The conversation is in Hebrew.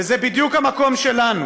וזה בדיוק המקום שלנו.